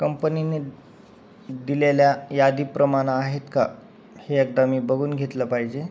कंपनीनी दिलेल्या यादीप्रमाणे आहेत का हे एकदा मी बघून घेतलं पाहिजे